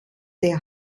der